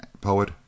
poet